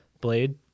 Blade